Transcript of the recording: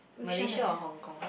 Malaysia or Hong-Kong